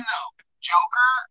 Joker